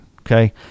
okay